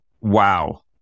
wow